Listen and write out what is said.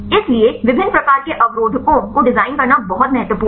इसलिए विभिन्न प्रकार के अवरोधकों को डिजाइन करना बहुत महत्वपूर्ण है